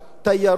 תיירות,